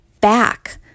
back